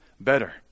better